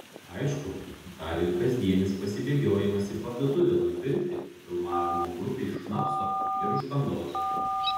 aišku dar ir kasdienis pasibėgiojimas į parduotuvę nupirkti filmavimo grupei šnapso ir užkandos